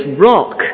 rock